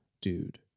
dude